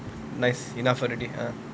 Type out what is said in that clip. nice enough already uh